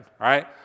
right